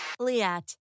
Liat